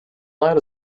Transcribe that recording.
lad